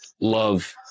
love